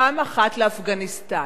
פעם אחת לאפגניסטן.